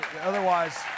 otherwise